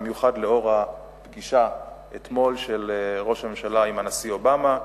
במיוחד לאור הפגישה של ראש הממשלה עם הנשיא אובמה אתמול.